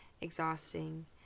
exhausting